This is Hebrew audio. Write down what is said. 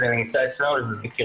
זה נמצא בקרבנו.